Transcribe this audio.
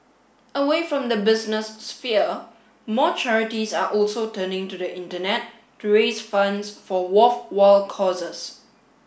away from the business sphere more charities are also turning to the Internet to raise funds for worthwhile causes